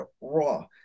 Raw